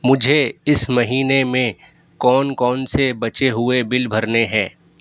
مجھے اس مہینے میں کون کون سے بچے ہوئے بل بھرنے ہیں